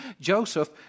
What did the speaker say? Joseph